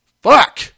fuck